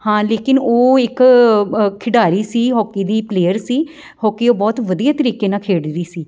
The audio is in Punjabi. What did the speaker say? ਹਾਂ ਲੇਕਿਨ ਉਹ ਇੱਕ ਖਿਡਾਰੀ ਸੀ ਹੋਕੀ ਦੀ ਪਲੇਅਰ ਸੀ ਹੋਕੀ ਉਹ ਬਹੁਤ ਵਧੀਆ ਤਰੀਕੇ ਨਾਲ ਖੇਡਦੀ ਸੀ